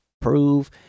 prove